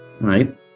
Right